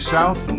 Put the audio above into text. South